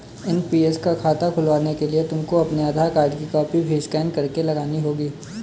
NPS का खाता खुलवाने के लिए तुमको अपने आधार कार्ड की कॉपी भी स्कैन करके लगानी होगी